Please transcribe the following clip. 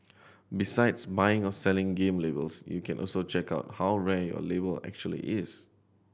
besides buying or selling game labels you can also check out how rare your label actually is